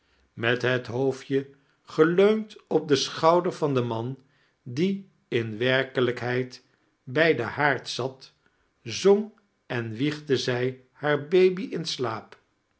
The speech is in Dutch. met het hoofdje geleund op den schouder van den man die in werkelijkheid bij den haard zat zong en wiegde zij haar baby in slaap